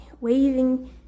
waving